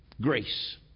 grace